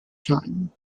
time